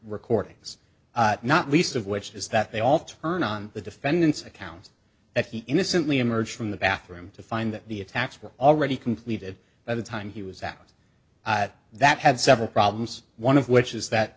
recordings not least of which is that they all turn on the defendant's account that he innocently emerged from the bathroom to find that the attacks were already completed by the time he was out that had several problems one of which is that